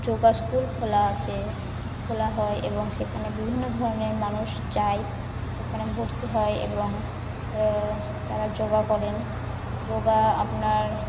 yoga school খোলা আছে খোলা হয় এবং সেখানে বিভিন্ন ধরনের মানুষ যায় সেখানে ভর্তি হয় এবং তারা যোগা করেন যোগা আপনার